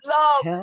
love